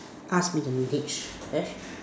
ask me the next dish